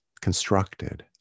constructed